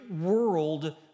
world